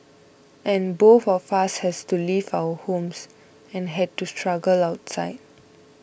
and both of us has to leave our homes and had to struggle outside